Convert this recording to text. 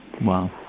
Wow